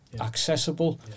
accessible